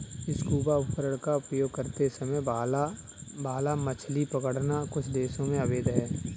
scuba उपकरण का उपयोग करते समय भाला मछली पकड़ना कुछ देशों में अवैध है